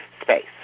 space